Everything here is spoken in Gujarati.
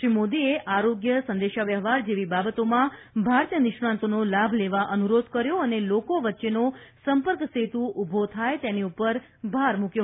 શ્રી મોદીએ આરોગ્ય સંદેશા વ્યવહાર જેવી બાબતોમાં ભારતીય નિષ્ણાતોનો લાભ લેવા અનુરોધ કર્યો અને લોકો વચ્ચેનો સંપર્ક સેતુ ઉભો થાય તેની પર ભાર મૂક્યો